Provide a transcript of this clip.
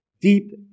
deep